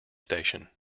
station